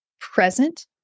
present